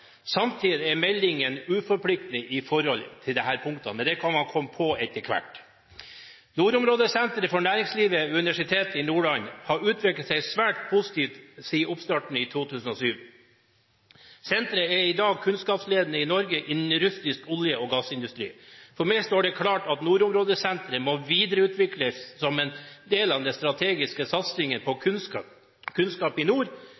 Samtidig er meldingen uforpliktende i forhold til dette punktet, men det kan komme på etter hvert. Nordområdesenteret for næringslivet ved Universitetet i Nordland har utviklet seg svært positivt siden oppstarten i 2007. Senteret er i dag kunnskapsledende i Norge innen russisk olje- og gassindustri. For meg står det klart at Nordområdesenteret må videreutvikles som en del av den strategiske satsingen på kunnskap i nord.